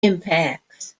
impacts